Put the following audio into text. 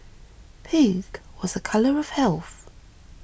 pink was a colour of health